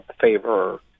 favor